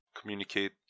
communicate